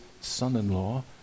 son-in-law